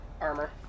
armor